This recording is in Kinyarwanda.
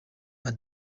mme